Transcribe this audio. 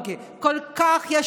כל כך אידיאולוגי,